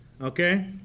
okay